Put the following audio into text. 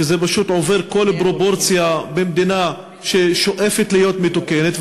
וזה פשוט עובר כל פרופורציה במדינה ששואפת להיות מתוקנת.